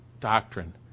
doctrine